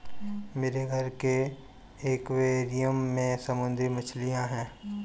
मेरे घर के एक्वैरियम में समुद्री मछलियां हैं